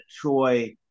Troy